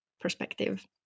perspective